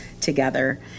together